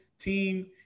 team